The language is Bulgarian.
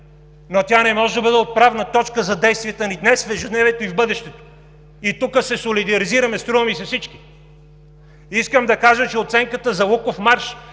но тя не може да бъде отправна точка за действията ни днес в ежедневието и в бъдещето. И тук се солидаризираме, струва ми се, всички. Искам да кажа, че оценката за Луковмарш